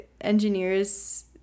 engineers